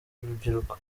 rubyiruko